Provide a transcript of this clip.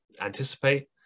anticipate